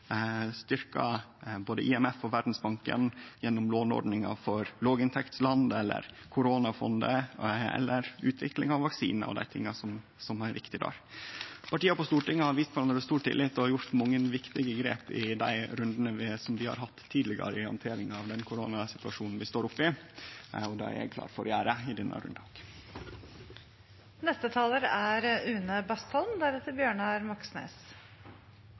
både IMF og Verdsbanken gjennom låneordninga for låginntektsland, eller koronafondet eller utvikling av vaksine dei tinga som er viktige. Partia på Stortinget har vist kvarandre stor tillit og har gjort mange viktige grep i dei rundane vi har hatt tidlegare i handteringa av den koronasituasjonen vi står oppe i. Det er eg glad for at vi gjer òg i denne